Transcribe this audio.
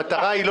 המטרה היא לא